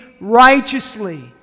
righteously